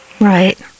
Right